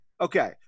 okay